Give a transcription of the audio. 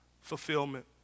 fulfillment